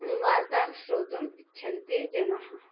वार्तां श्रोतुम् इच्छन्ति जनाः